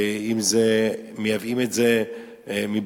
אם מייבאים את זה מבחוץ,